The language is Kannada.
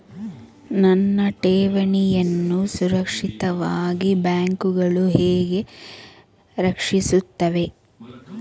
ನನ್ನ ಠೇವಣಿಯನ್ನು ಸುರಕ್ಷಿತವಾಗಿ ಬ್ಯಾಂಕುಗಳು ಹೇಗೆ ರಕ್ಷಿಸುತ್ತವೆ?